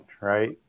right